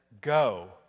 Go